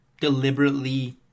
deliberately